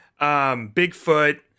bigfoot